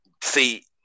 see